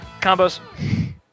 Combos